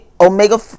omega